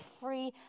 free